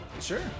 Sure